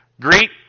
Greet